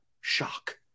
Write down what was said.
Shock